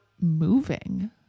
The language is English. moving